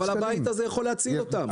אבל הבית הזה יכול להציל אותם.